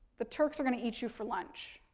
the turks are going to eat you for lunch,